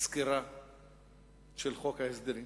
סקירה של חוק ההסדרים